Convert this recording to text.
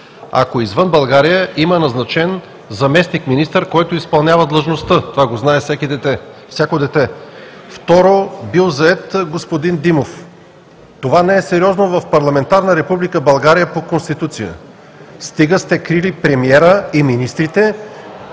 Ако е извън България, има назначен заместник-министър, който изпълнява длъжността – това го знае всяко дете. Второ, бил зает господин Димов! Това не е сериозно в парламентарна Република България по Конституция. Стига сте крили премиера и министрите!